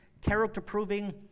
character-proving